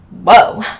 Whoa